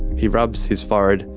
he rubs his forehead.